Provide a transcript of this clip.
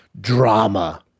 drama